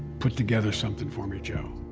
put together something for me, joe.